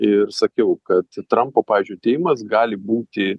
ir sakiau kad trampo pavyzdžiui atėjimas gali būti